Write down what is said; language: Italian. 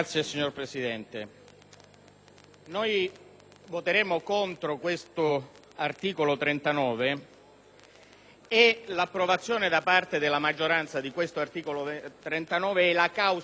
e l'approvazione da parte della maggioranza di questo articolo è la causa principale del nostro voto contrario sul provvedimento. Onorevoli colleghi, state facendo,